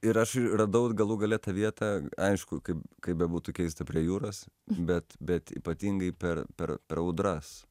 ir aš radau ir galų gale tą vietą aišku kaip kaip bebūtų keista prie jūros bet bet ypatingai per per per audras